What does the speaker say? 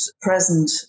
present